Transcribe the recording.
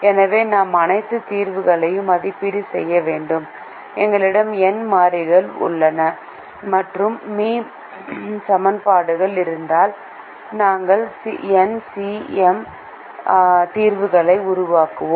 எனவே நாம் அனைத்து தீர்வுகளையும் மதிப்பீடு செய்ய வேண்டும் எங்களிடம் n மாறிகள் மற்றும் மீ சமன்பாடுகள் இருந்தால் நாங்கள் nCm தீர்வுகளை உருவாக்குவோம்